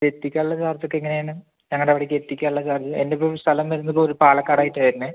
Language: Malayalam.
ഇത് എത്തിക്കാനുള്ള ചാർജൊക്കെ എങ്ങനെയാണ് ഞങ്ങളുടെ അവിടത്തേക്ക് എത്തിക്കാനുള്ള ചാർജ് എൻ്റെ ഇപ്പോൾ സ്ഥലം വരുന്നത് ഒരു പാലക്കാട് ആയിട്ടാണ് വരണത്